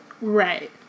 Right